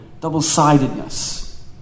double-sidedness